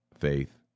faith